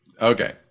okay